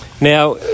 Now